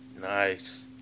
Nice